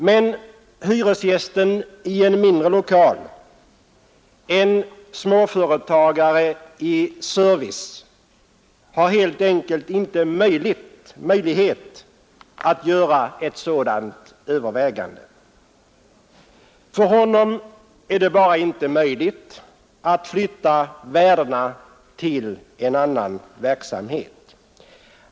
Men hyresgästen i en mindre lokal, en småföretagare i service, har helt enkelt inte möjlighet att göra ett sådant övervägande. För honom är det bara inte möjligt att flytta värdena till en annan verksamhet.